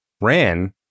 ran